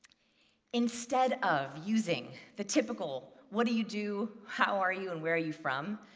instead of using the typical what do you do? how are you? and where are you from?